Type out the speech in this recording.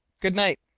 good-night